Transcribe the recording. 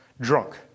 Drunk